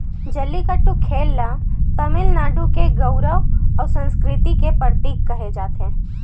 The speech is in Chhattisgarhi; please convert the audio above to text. जल्लीकट्टू खेल ल तमिलनाडु के गउरव अउ संस्कृति के परतीक केहे जाथे